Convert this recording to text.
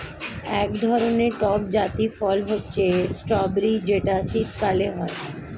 এক ধরনের টক জাতীয় ফল হচ্ছে স্ট্রবেরি যেটা শীতকালে হয়